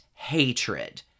Hatred